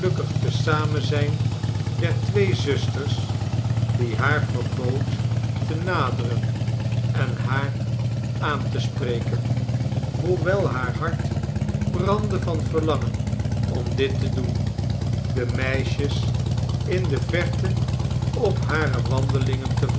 gelukkig te zamen zijn der twee zusters die haar verbood te naderen en haar aan te spreken hoewel haar hart brandde van verlangen om dit te doen de meisjes in de verte op hare wandelingen te